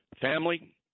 family